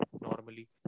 normally